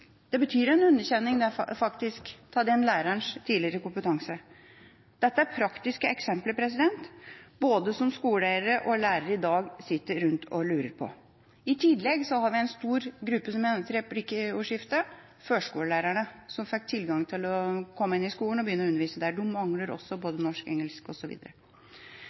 underkjenning av den lærerens tidligere kompetanse. Dette er praktiske eksempler som både skoleeiere og lærere rundt omkring i dag lurer på. I tillegg er det en stor gruppe, førskolelærerne – som jeg nevnte i replikkordskiftet – som har fått tilgang til å komme inn i skolen og begynne å undervise der. De mangler også norsk, engelsk osv. Det sier seg sjøl at det er norsk, matte og engelsk